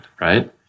right